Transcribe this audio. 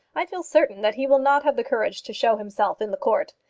i feel certain that he will not have the courage to show himself in the court.